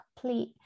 complete